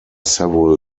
several